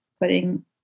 putting